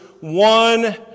one